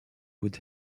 would